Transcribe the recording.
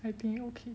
I think okay